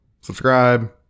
Subscribe